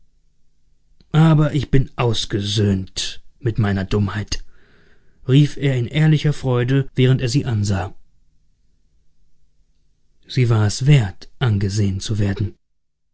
aber ich bin ausgesöhnt mit meiner dummheit rief er in ehrlicher freude während er sie ansah sie war es wert angesehen zu werden